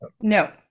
No